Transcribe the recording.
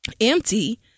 empty